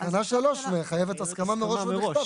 תקנה 3 מחייבת הסכמה מראש ובכתב.